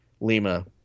Lima –